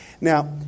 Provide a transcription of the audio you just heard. Now